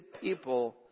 people